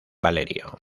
valerio